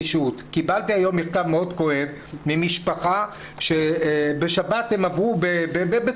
קיבלתי היום מכתב מאוד כואב ממשפחה שבשבת הם עברו בבית